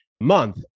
month